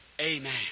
Amen